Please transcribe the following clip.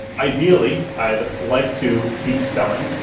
ideally, i'd like to keep selling.